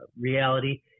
reality